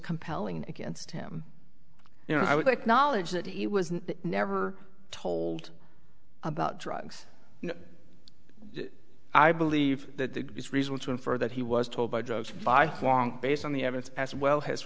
compelling against him you know i would like knowledge that he was never told about drugs i believe that there is reason to infer that he was told by drugs by long based on the evidence as well has